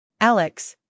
Alex